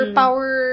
power